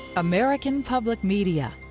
american public media